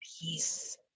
peace